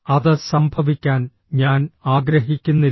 അത് സംഭവിക്കാൻ ഞാൻ ആഗ്രഹിക്കുന്നില്ല